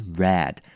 red